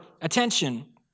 attention